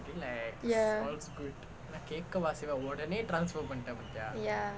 ya ya